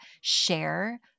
share